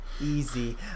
easy